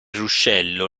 ruscello